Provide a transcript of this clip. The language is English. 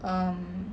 um